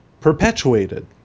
perpetuated